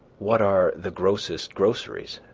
what are the grossest groceries.